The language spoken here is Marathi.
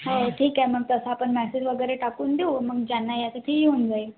हो ठीक आहे मग तसं आपण मॅसेज वगैरे टाकून देऊ मग ज्यांना यायचं ती येऊन जाईल